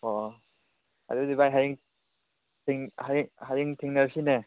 ꯑꯣ ꯑꯗꯨꯗꯤ ꯚꯥꯏ ꯍꯌꯦꯡ ꯍꯌꯦꯡ ꯍꯌꯦꯡ ꯊꯦꯡꯅꯔꯁꯤꯅꯦ